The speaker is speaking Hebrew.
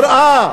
המראה